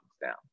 down